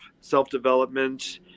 self-development